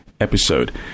episode